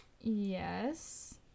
Yes